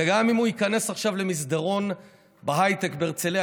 וגם אם הוא ייכנס עכשיו למסדרון בהייטק בהרצליה,